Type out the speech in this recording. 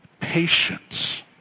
patience